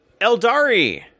Eldari